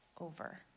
over